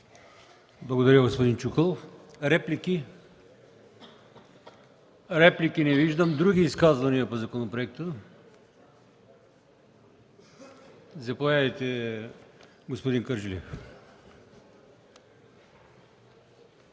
Благодаря, господин Чуколов. Реплики? Не виждам. Други изказвания по законопроекта? Заповядайте, господин Кърджалиев.